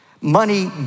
Money